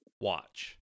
watch